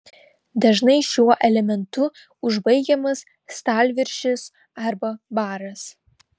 dažnai šiuo elementu užbaigiamas stalviršis arba baras